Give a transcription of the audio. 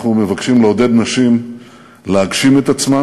אנחנו מבקשים לעודד נשים להגשים את עצמן